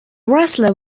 wrestler